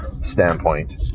standpoint